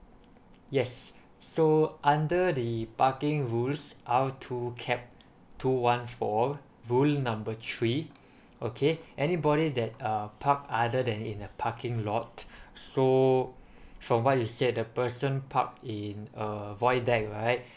yes so under the parking rules R two cap two one four rule number three okay anybody that uh park other than in a parking lot so from what you said the person park in uh void deck right